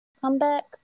comeback